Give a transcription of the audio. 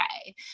okay